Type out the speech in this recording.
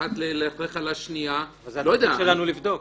ללכלך על השנייה -- אז התפקיד שלנו לבדוק.